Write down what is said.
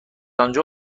آنجا